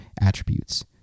attributes